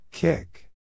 Kick